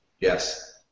Yes